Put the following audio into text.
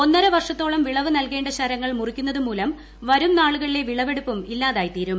ഒന്നര വർഷത്തോളം വിളവ് നൽകേണ്ട ശരങ്ങൾ മുറിക്കുന്നതു മൂലം വരും നാളുകളിലെ വിളവെടുപ്പും ഇല്ലാതായിത്തീരും